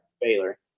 Baylor